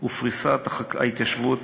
ופריסת ההתיישבות